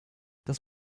das